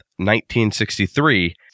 1963